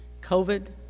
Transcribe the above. COVID